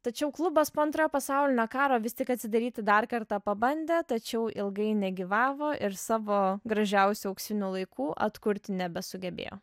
tačiau klubas po antrojo pasaulinio karo vis tik atsidaryti dar kartą pabandė tačiau ilgai negyvavo ir savo gražiausių auksinių laikų atkurti nebesugebėjo